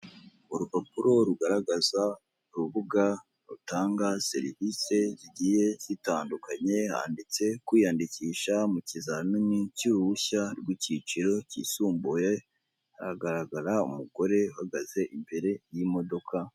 Uyu ni muntu uri guseka ukuri kwamamaza yambaye umupira w'umweru, afite ubwanwa ni imibiri yombi, afite telefone irimo irerekana ibyo arimo kwamamaza.